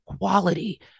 quality